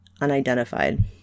unidentified